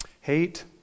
hate